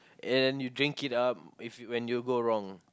and you drink it up if when you go wrong